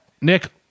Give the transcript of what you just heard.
Nick